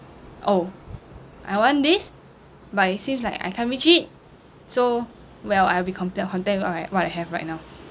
oh I want this but it seems like I can't reach it so well I will be cont~ content with what I have what I have right now